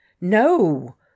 No